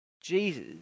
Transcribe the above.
Jesus